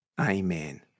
Amen